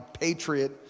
patriot